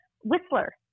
Whistler